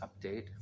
update